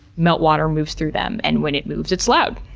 meltwater moves through them and when it moves it's loud.